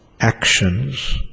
actions